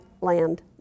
land